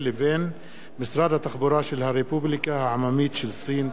לבין משרד התחבורה של הרפובליקה העממית של סין.